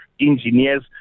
engineers